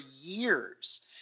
years